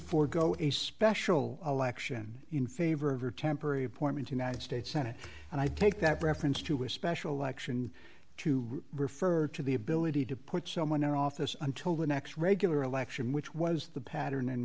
forego a special election in favor of or temporary appointment united states senate and i think that reference to a special election to refer to the ability to put someone in office until the next regular election which was the pattern and